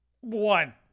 One